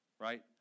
right